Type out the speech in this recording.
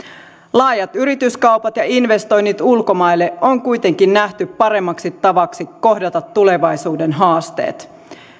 laajat yrityskaupat ja investoinnit ulkomaille on kuitenkin nähty paremmaksi tavaksi kohdata tulevaisuuden haasteet